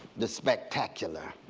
the spectacular.